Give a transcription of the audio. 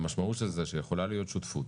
המשמעות של זה היא שיכולה להיות שותפות